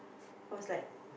cause like